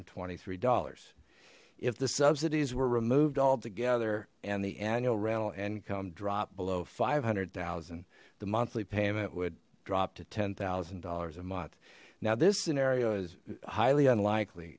and twenty three dollars if the subsidies were removed altogether and the annual rental income dropped below five hundred thousand the monthly payment would drop to ten thousand dollars a month now this scenario is highly unlikely